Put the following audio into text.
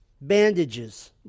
bandages